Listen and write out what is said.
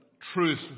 truth